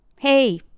Hey